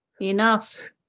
enough